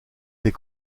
des